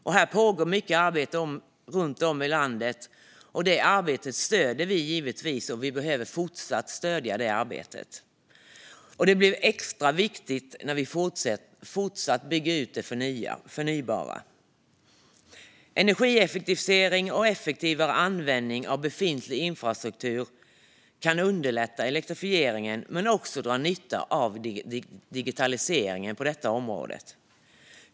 Mycket arbete med det här pågår runt om i landet. Detta arbete stöder vi givetvis och behöver fortsatt stödja, för det blir extra viktigt när vi fortsätter att bygga ut det förnybara. Energieffektivisering och effektivare användning av befintlig infrastruktur kan underlätta elektrifieringen men också dra nytta av digitaliseringen på området.